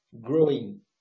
growing